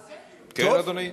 כן, תשע דקות.